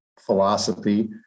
philosophy